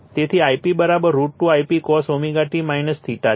તેથી Ip √ 2 Ip cos t છે